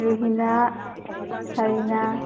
ꯔꯨꯍꯤꯅꯥ ꯁꯔꯤꯅꯥ